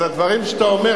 הדברים שאתה אומר,